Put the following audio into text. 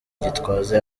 gitwaza